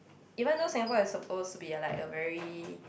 even though Singapore is supposed to be a like a very